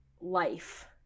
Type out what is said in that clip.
life